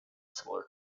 similar